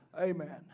Amen